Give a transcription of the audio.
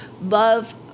love